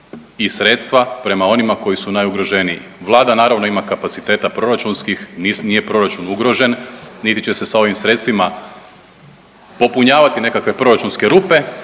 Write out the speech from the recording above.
i sredstva prema onima koji su najugroženiji. Vlada naravno ima kapaciteta proračunskih, nije proračun ugrožen, niti će se sa ovim sredstvima popunjavati nekakve proračunske rupe,